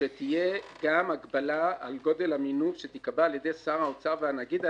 שתהיה גם הגבלה על גודל המינוף שתיקבע על ידי שר האוצר והנגיד.